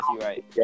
right